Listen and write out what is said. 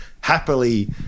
happily